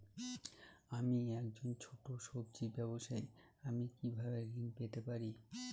আমি একজন ছোট সব্জি ব্যবসায়ী আমি কিভাবে ঋণ পেতে পারি?